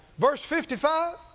verse fifty-five,